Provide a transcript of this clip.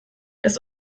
das